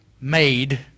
made